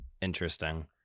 interesting